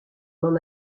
m’en